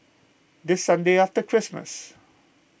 the sunday after Christmas